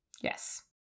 Yes